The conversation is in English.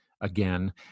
again